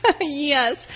Yes